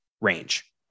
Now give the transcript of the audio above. range